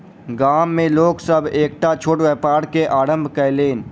गाम में लोक सभ एकटा छोट व्यापार के आरम्भ कयलैन